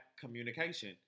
communication